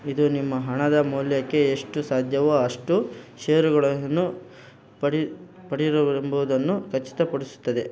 ಇದು ನಿಮ್ಮ ಹಣದ ಮೌಲ್ಯಕ್ಕೆ ಎಷ್ಟು ಸಾಧ್ಯವೋ ಅಷ್ಟು ಷೇರುಗಳನ್ನು ಪಡೆ ಪಡೆ ಎಂಬುವುದನ್ನು ಖಚಿತಪಡಿಸುತ್ತದೆ